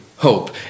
Hope